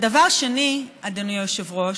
דבר שני, אדוני היושב-ראש,